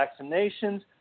vaccinations